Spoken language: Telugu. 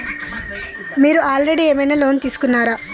మీరు ఆల్రెడీ ఏమైనా లోన్ తీసుకున్నారా?